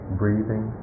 breathing